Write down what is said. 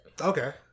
Okay